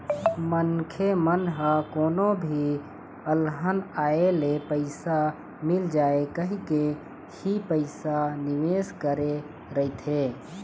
मनखे मन ह कोनो भी अलहन आए ले पइसा मिल जाए कहिके ही पइसा निवेस करे रहिथे